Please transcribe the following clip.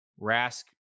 rask